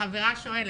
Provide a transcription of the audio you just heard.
חברה שואלת.